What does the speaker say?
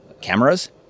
cameras